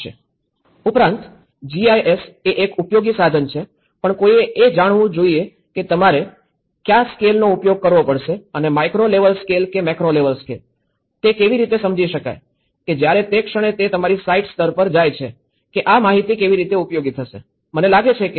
ઉપરાંત જીઆઈએસ એ એક ઉપયોગી સાધન છે પણ કોઈએ એ જાણવું જોઈએ કે તમારે કયા સ્કેલનો ઉપયોગ કરવો પડશે અને માઇક્રો લેવલ સ્કેલ કે મેક્રો લેવલ સ્કેલ તે કેવી રીતે સમજી શકાય કે જયારે તે ક્ષણ તે તમારી સાઇટ સ્તર પર જાય છે કે આ માહિતી કેવી રીતે ઉપયોગી થશે મને લાગે છે કે ત્યાં જ અંતર આવે છે